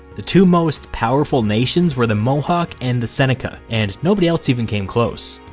the two most powerful nations were the mohawk and the seneca, and nobody else even came close.